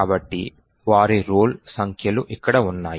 కాబట్టి వారి రోల్ సంఖ్యలు ఇక్కడ ఉన్నాయి